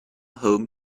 home